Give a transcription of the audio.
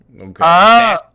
Okay